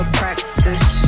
practice